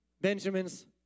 Benjamin's